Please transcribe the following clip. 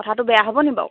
কথাটো বেয়া হ'ব নেকি বাৰু